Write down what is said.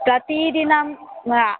प्रतिदिनं हा